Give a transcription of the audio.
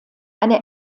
eine